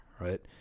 right